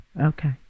Okay